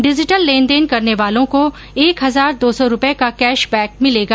digital लेनदेन करने वालों को एक हजार दो सौ रूपये का कैश बैक मिलेगा